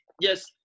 yes